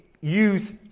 use